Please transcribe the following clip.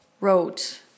wrote